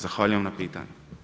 Zahvaljujem na pitanju.